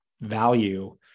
value